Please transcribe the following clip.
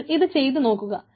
നിങ്ങൾ അത് ചെയ്തു നോക്കുക